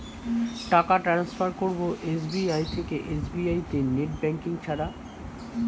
টাকা টান্সফার করব এস.বি.আই থেকে এস.বি.আই তে নেট ব্যাঙ্কিং ছাড়া?